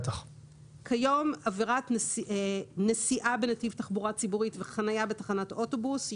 כיום בעבירת נסיעה בנתיב תחבורה ציבורית וחניה בתחנת אוטובוס,